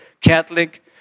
Catholic